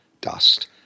dust